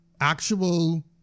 actual